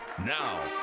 Now